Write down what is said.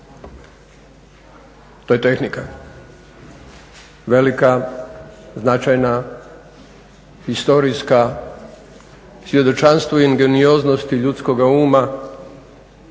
To je tehnika. Velika, značajna, historijska, svjedočanstvo ingenioznosti ljudskoga uma